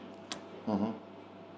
mm hmm